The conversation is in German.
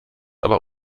aber